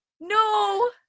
no